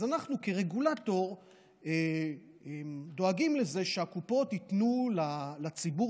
אז אנחנו כרגולטור דואגים לזה שהקופות ייתנו לציבור